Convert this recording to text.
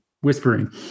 whispering